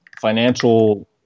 financial